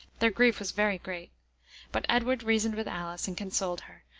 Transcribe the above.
their grief was very great but edward reasoned with alice and consoled her,